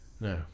No